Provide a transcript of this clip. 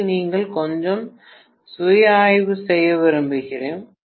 இதில் நீங்கள் கொஞ்சம் சுய ஆய்வு செய்ய விரும்புகிறேன்